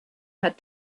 had